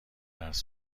درس